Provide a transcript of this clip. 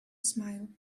smile